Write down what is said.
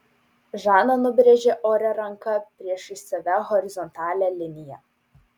žana nubrėžė ore ranka priešais save horizontalią liniją